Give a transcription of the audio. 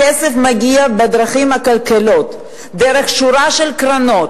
הכסף מגיע בדרכים עקלקלות, דרך שורה של קרנות.